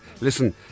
Listen